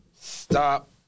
Stop